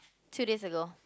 two days ago